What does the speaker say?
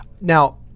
Now